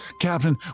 Captain